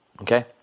okay